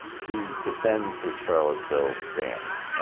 he defends his charlottesville stance,